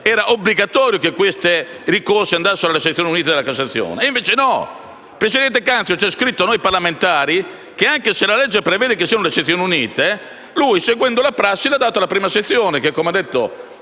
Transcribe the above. era obbligatorio che i ricorsi andassero alla sezioni unite della Cassazione. Invece no. Il presidente Canzio ha scritto a noi parlamentari che, anche se la legge prevede che se ne occupino le sezioni unite, lui, seguendo la prassi, li ha affidati alla prima sezione, che, come ha detto